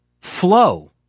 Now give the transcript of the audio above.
flow